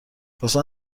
لطفا